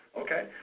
okay